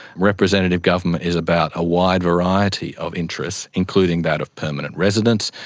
representative government is about a wide variety of interests, including that of permanent residents,